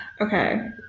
Okay